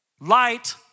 Light